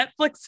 Netflix